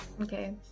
Okay